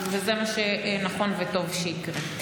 וזה מה שנכון וטוב שיקרה.